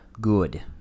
good